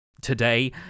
today